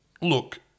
look